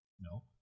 No